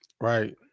Right